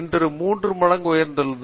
இன்று 3 மடங்கு உயர்ந்துள்ளது